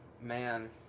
Man